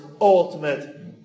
ultimate